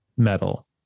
metal